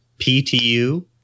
PTU